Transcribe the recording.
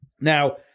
Now